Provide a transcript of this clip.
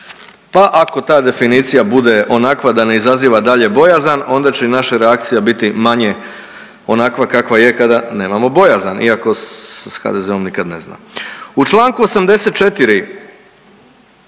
Pa ako ta definicija bude onakva da ne izaziva dalje bojazan onda će i naša reakcija biti manje onakva kakva je kada nemamo bojazan, iako se s HDZ-om nikada ne zna. U čl. 84.